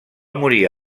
morir